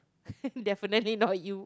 definitely not you